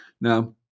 Now